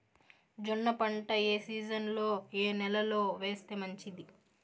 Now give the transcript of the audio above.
జొన్న పంట ఏ సీజన్లో, ఏ నెల లో వేస్తే మంచిది?